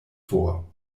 vor